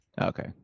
Okay